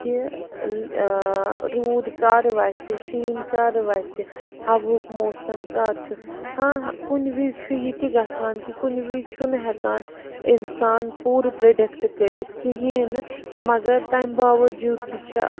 کہِ روٗد کر وَسہِ شیٖن کر وَسہِ ہوہُک موسم کر چھُ ہاں کُنہِ وِزِ چھُ یہِ تہِ گَژھان کہِ کُنہِ وِزِ چھُنہٕ ہٮ۪کان اِنسان پوٗرٕ پِرٛڈِکٹ کٔرِتھ کِہیٖنۍ نہٕ مگر تَمہِ باوجوٗد تہِ چھےٚ